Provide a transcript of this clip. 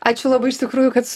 ačiū labai iš tikrųjų kad